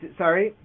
sorry